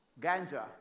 ganja